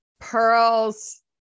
Pearls